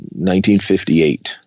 1958